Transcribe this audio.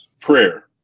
Prayer